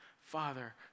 Father